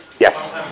Yes